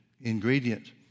ingredient